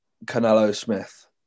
Canelo-Smith